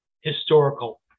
historical